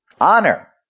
Honor